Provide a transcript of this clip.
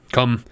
Come